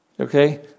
Okay